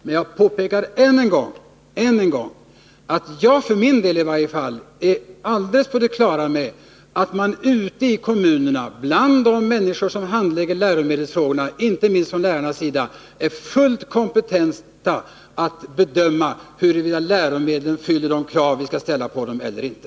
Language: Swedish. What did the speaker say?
Samtidigt påpekar jag än en gång att jag för min del är helt på det klara med att de människor i kommunerna som handlägger läromedelsfrågorna och inte minst lärarna är fullt kompetenta att bedöma huruvida läromedlen uppfyller de krav vi skall ställa på dem eller inte.